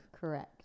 Correct